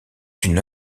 une